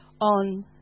on